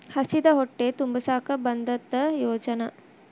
ಹಸಿದ ಹೊಟ್ಟೆ ತುಂಬಸಾಕ ಬಂದತ್ತ ಯೋಜನೆ